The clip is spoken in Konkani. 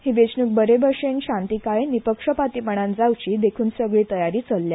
ही वेचणूक बरे भशेन शांतीकायेन निपक्षपातीपणान जावची देखून सगळी तयारी चलल्या